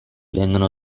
vengono